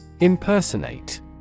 impersonate